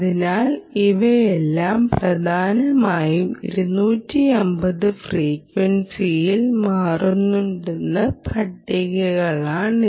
അതിനാൽ ഇവയെല്ലാം പ്രധാനമായും 250 ഫ്രീക്വൻസിയിൽ മാറുന്നതിനുള്ള പട്ടികകളാണ്